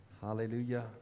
Hallelujah